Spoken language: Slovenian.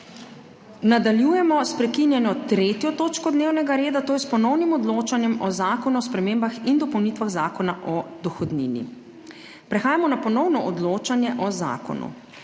Nadaljujemo s prekinjeno 3. točko dnevnega reda, to je s ponovnim odločanjem o Zakonu o spremembah in dopolnitvah Zakona o dohodnini. Prehajamo na ponovno odločanje o zakonu.